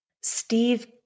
Steve